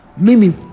Mimi